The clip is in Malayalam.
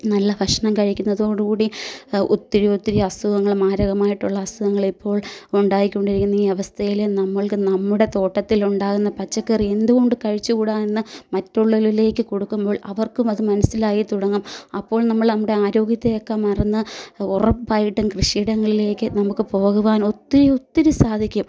നല്ല ഭക്ഷണം കഴിക്കുന്നതോടുകൂടി ഒത്തിരി ഒത്തിരി അസുഖങ്ങളും മാരകമായിട്ടുള്ള അസുഖങ്ങൾ ഇപ്പോൾ ഉണ്ടായിക്കൊണ്ടിരിക്കുന്ന ഈ അവസ്ഥയിൽ നമ്മൾക്ക് നമ്മുടെ തോട്ടത്തിലുണ്ടാകുന്ന പച്ചക്കറി എന്തുകൊണ്ട് കഴിച്ചുകൂട എന്ന് മറ്റുള്ളവരിലേക്ക് കൊടുക്കുമ്പോൾ അവർക്കുമത് മനസ്സിലായിത്തുടങ്ങും അപ്പോൾ നമ്മൾ നമ്മുടെ ആരോഗ്യത്തെയൊക്കെ മറന്ന് ഉറപ്പായിട്ടും കൃഷി ഇടങ്ങളിലേക്ക് നമുക്ക് പോകുവാൻ ഒത്തിരി ഒത്തിരി സാധിക്കും